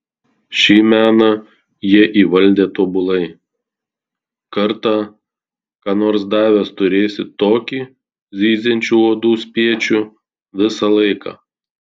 šį meną jie įvaldę tobulai kartą ką nors davęs turėsi tokį zyziančių uodų spiečių visą laiką